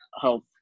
health